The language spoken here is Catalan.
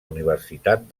universitat